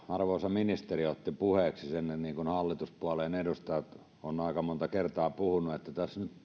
arvoisa ministerikin otti puheeksi sen niin kuin hallituspuolueen edustajat ovat aika monta kertaa puhuneet että